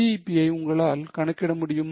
BEP யை உங்களால் கணக்கிட முடியுமா